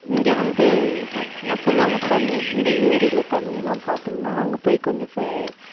இங்கே வந்து என்ன சொல்லுவாங்க தண்ணி இந்த ஏரியில் தண்ணிலாம் பார்த்தோம்னா அங்கே போய் கொஞ்சம் ஃபே